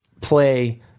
play